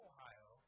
Ohio